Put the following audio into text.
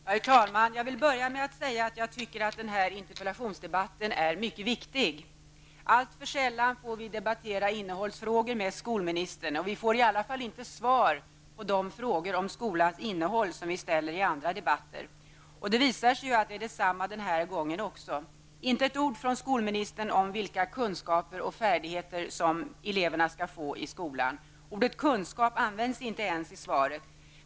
Herr talman! Jag vill börja med att säga att jag tycker att den här interpellationsdebatten är mycket viktig. Alltför sällan får vi debattera innehållsfrågor med skolministern. Vi får i alla fall inte svar på de frågor om skolans innehåll som vi ställer i debatter. Och det visar sig att det är så denna gång också. Inte ett ord från skolministern om vilka kunskaper och färdigheter som eleverna skall få i skolan. Ordet kunskap används inte ens i svaret.